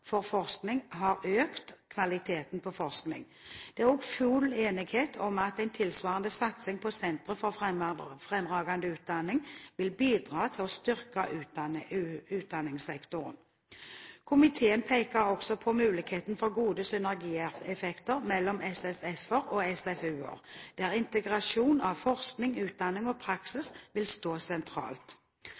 har økt kvaliteten på forskning. Det er også full enighet om at en tilsvarende satsing på sentre for fremragende utdanning vil bidra til å styrke utdanningssektoren. Komiteen peker også på mulighetene for gode synergieffekter mellom SFF-er – sentre for fremragende forskning – og SFU-er – sentre for fremragende utdanning, der integrasjon av forskning, utdanning og praksis vil stå sentralt.